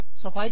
सफाई करें